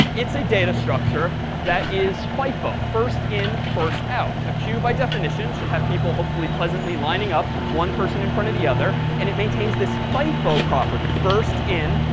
it's a data structure that is fifo, first in, first out. a queue, by definition should have people hopefully pleasantly lining up one person in front of the other. and it maintains this fifo property, first in,